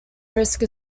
risk